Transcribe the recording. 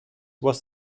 was